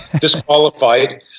disqualified